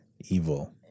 Evil